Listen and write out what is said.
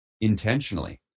intentionally